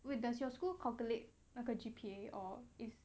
wait does your school calculate 那个 G_P_A or is